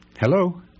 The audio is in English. Hello